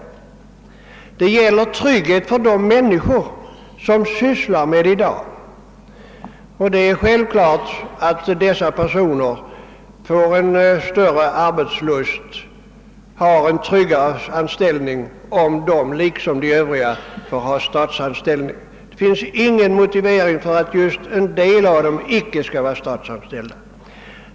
Och det gäller även tryggheten för de människor som sysslar med forskningen. Det är självklart att de får större arbetslust om de har en tryggare anställning och liksom övriga vid institutionen är statsanställda. Det finns inget skäl till att en del av personalen där icke skall vara statsanställd.